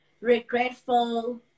regretful